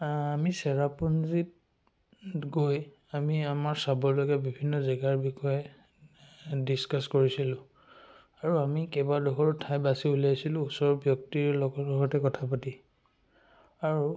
আমি চেৰাপুঞ্জীত গৈ আমি আমাৰ চাবলগীয়া বিভিন্ন জেগাৰ বিষয়ে ডিছকাছ কৰিছিলোঁ আৰু আমি কেইবাডোখৰো ঠাই বাছি উলিয়াইছিলোঁ ওচৰৰ ব্যক্তিৰ লগৰ লগতে কথা পাতি আৰু